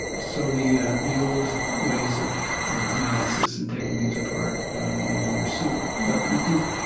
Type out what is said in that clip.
so the ah the old ways of of analysis and taking things apart no longer suit. but i think,